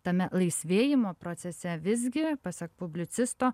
tame laisvėjimo procese visgi pasak publicisto